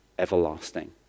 Everlasting